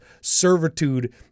servitude